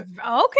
okay